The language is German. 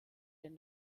den